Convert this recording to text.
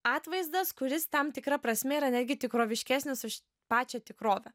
atvaizdas kuris tam tikra prasme yra netgi tikroviškesnis už pačią tikrovę